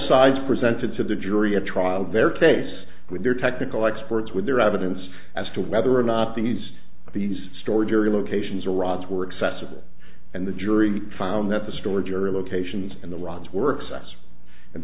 sides presented to the jury a trial their case with their technical experts with their evidence as to whether or not these these storage area locations or rods were accessible and the jury found that the storage area locations and the rods works us and